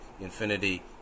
infinity